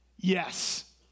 Yes